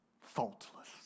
Faultless